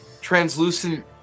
translucent